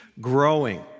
growing